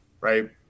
right